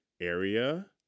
area